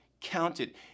counted